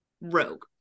rogue